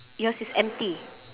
yours is empty